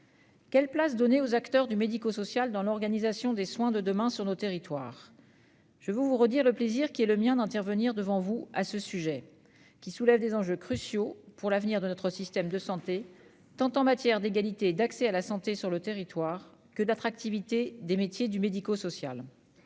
Quelle place donner aux acteurs du médico-social dans l'organisation des soins de demain sur nos territoires ? Je veux vous redire le plaisir qui est le mien d'intervenir devant vous sur ce sujet, qui soulève des enjeux cruciaux pour l'avenir de notre système de santé, tant en matière d'égalité d'accès à la santé sur le territoire que d'attractivité des métiers du médico-social.